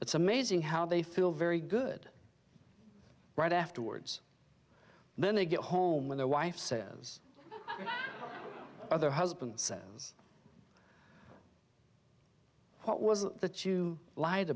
it's amazing how they feel very good right afterwards then they get home when the wife says other husband says what was it that you lied